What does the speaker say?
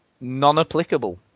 non-applicable